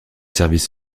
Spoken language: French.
services